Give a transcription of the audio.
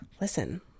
listen